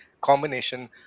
combination